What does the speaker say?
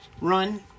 run